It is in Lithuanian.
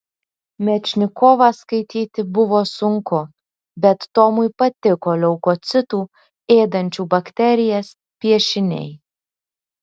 mečnikovą skaityti buvo sunku bet tomui patiko leukocitų ėdančių bakterijas piešiniai